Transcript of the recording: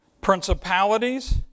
principalities